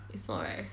is not right